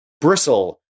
bristle